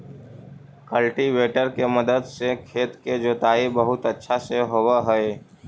cultivator के मदद से खेत के जोताई बहुत अच्छा से होवऽ हई